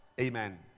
Amen